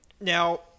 now